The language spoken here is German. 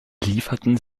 lieferten